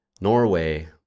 Norway